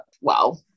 wow